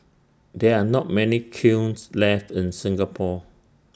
there are not many kilns left in Singapore